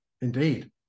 Indeed